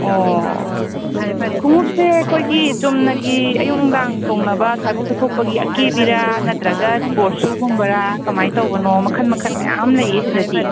ꯑꯣ ꯈꯨꯉꯨꯞꯁꯦ ꯑꯩꯈꯣꯏꯒꯤ ꯆꯨꯝꯅꯒꯤ ꯑꯌꯨꯛ ꯅꯨꯡꯗꯥꯡ ꯇꯣꯡꯅꯕ ꯑꯁꯥꯏꯕꯣꯛ ꯆꯠꯊꯣꯛꯄꯒꯤ ꯑꯀꯦꯕꯤꯔꯥ ꯅꯠꯇ꯭ꯔꯒ ꯁ꯭ꯄꯣꯔꯠ ꯁꯨꯒꯨꯝꯕꯔꯥ ꯀꯃꯥꯏ ꯇꯧꯕꯅꯣ ꯃꯈꯟ ꯃꯈꯟ ꯃꯌꯥꯝ ꯂꯩꯌꯦ ꯁꯤꯗꯗꯤ